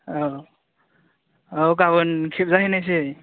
औ औ गाबोन खेबजाहैनायसै